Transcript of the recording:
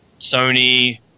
Sony